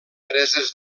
preses